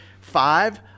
five